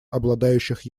обладающих